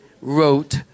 Wrote